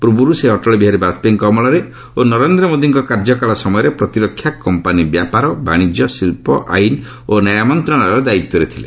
ପୂର୍ବରୁ ସେ ଅଟଳ ବିହାରୀ ବାଜପେୟୀଙ୍କ ଅମଳରେ ଓ ନରେନ୍ଦ୍ର ମୋଦିଙ୍କ କାର୍ଯ୍ୟକାଳୟ ସମୟରେ ପ୍ରତିରକ୍ଷା କମ୍ପାନି ବ୍ୟାପାର ବାଶିଜ୍ୟ ଶିଳ୍ପ ଆଇନ ଓ ନ୍ୟାୟ ମନ୍ତ୍ରଣାଳୟ ଦାୟିତ୍ୱରେ ଥିଲେ